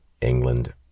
england